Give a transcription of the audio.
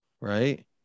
right